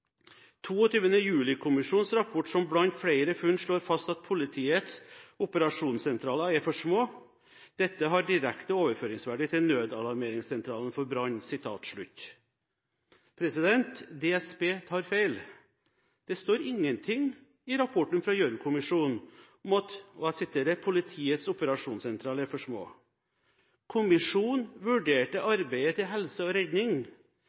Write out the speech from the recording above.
rapport som blant flere funn slår fast at politiets operasjonssentraler er for små. Dette har direkte overføringsverdi til nødalarmeringssentralene for brann.» DSB tar feil. Det står ingenting i rapporten fra Gjørv-kommisjonen om at «politiets operasjonssentraler er for små». Kommisjonen vurderte helse- og